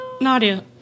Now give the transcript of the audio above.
nadia